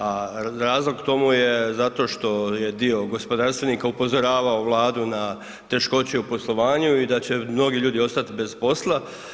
A razlog tomu je zato što je dio gospodarstvenika upozoravao Vladu na teškoće u poslovanju i da će mnogi ljudi ostati bez posla.